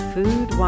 Food